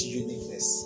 uniqueness